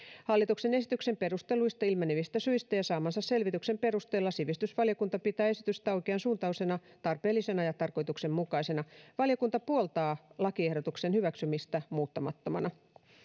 hallituksen esityksen perusteluista ilmenevistä syistä ja saamansa selvityksen perusteella sivistysvaliokunta pitää esitystä oikeansuuntaisena tarpeellisena ja tarkoituksenmukaisena valiokunta puoltaa lakiehdotuksen hyväksymistä muuttamattomana